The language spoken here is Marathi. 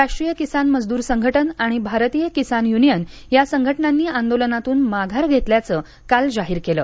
राष्ट्रीय किसान मजदूर संघटन आणि भारतीय किसान युनियन या संघटनांनी आंदोलनातून माघार घेतल्याचं काल जाहीर केलं